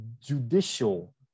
judicial